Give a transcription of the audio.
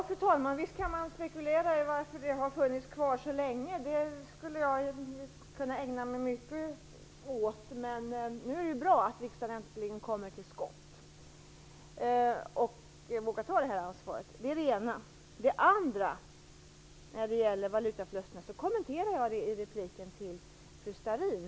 Fru talman! Visst kan man spekulera över varför det har funnits kvar så länge - det skulle jag kunna ägna mig länge åt. Men det är ju bra att riksdagen nu äntligen kommer till skott och vågar ta det här ansvaret. Valutaförlusterna kommenterade jag i repliken till fru Starrin.